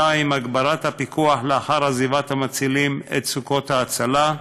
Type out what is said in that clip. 2. הגברת הפיקוח לאחר עזיבת המצילים את סוכות ההצלה,